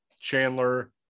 chandler